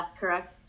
correct